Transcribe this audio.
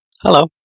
Hello